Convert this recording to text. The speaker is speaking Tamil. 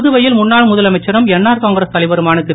புதுவையில் முன்னாள் முதலமைச்சரும் என்ஆர் காங்கிரஸ் தலைவருமான திரு